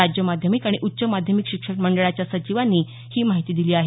राज्य माध्यमिक आणि उच्च माध्यमिक शिक्षण मंडळाच्या सचिवांनी ही माहिती दिली आहे